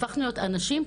הפכנו להיות אנשים,